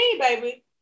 baby